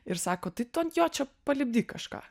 ir sako tai tu ant jo čia palipdyk kažką